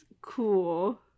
cool